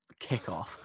kickoff